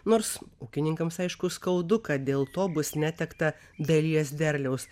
nors ūkininkams aišku skaudu kad dėl to bus netekta dalies derliaus